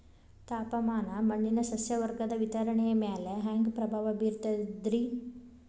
ತಾಪಮಾನ ಮಣ್ಣಿನ ಸಸ್ಯವರ್ಗದ ವಿತರಣೆಯ ಮ್ಯಾಲ ಹ್ಯಾಂಗ ಪ್ರಭಾವ ಬೇರ್ತದ್ರಿ?